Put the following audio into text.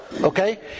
Okay